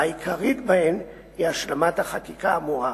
והעיקרית בהן היא השלמת החקיקה האמורה.